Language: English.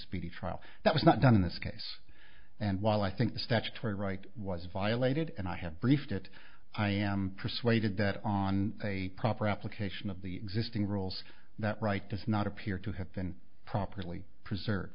speedy trial that was not done in this case and while i think the statutory right was violated and i have briefed it i am persuaded that on a proper application of the existing rules that right does not appear to have been properly preserve